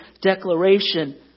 declaration